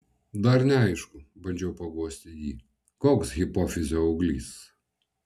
dar neaišku bandžiau paguosti jį koks hipofizio auglys